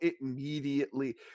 immediately